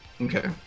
okay